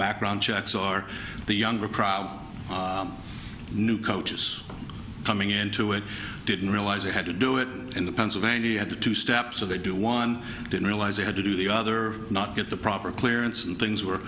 background checks are the younger crowd new coaches coming into it i didn't realize i had to do it in the pennsylvania had to step so they do one didn't realize they had to do the other not get the proper clearance and things were